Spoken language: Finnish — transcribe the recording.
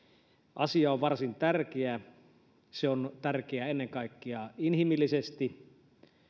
asia on varsin tärkeä se on tärkeä ennen kaikkea inhimillisesti